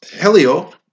Helio